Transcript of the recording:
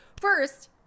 First